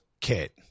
kit